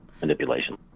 manipulation